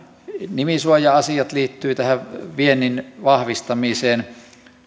nimisuoja asiat liittyvät tähän viennin vahvistamiseen